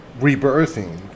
rebirthing